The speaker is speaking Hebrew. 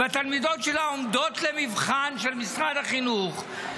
והתלמידות שלה עומדות למבחן של משרד החינוך,